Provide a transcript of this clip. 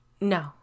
No